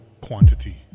quantity